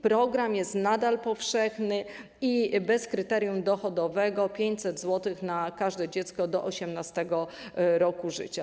Program jest nadal powszechny i bez kryterium dochodowego 500 zł na każde dziecko do 18 roku życia.